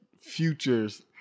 futures